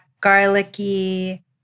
garlicky